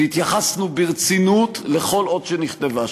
והתייחסנו ברצינות לכל אות שנכתבה שם.